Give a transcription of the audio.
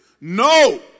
No